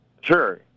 Sure